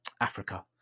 Africa